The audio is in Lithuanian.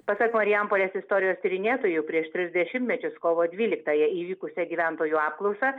pasak marijampolės istorijos tyrinėtojų prieš tris dešimtmečius kovo dvyliktąją įvykusią gyventojų apklausą